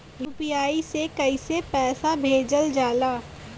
UPI से कइसे पैसा भेजल जाला?